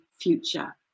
future